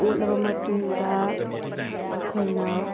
ꯑꯣꯠꯂꯕ ꯃꯇꯨꯡꯗ ꯑꯩꯈꯣꯏꯅ